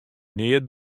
neat